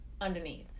underneath